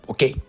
Okay